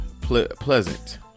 pleasant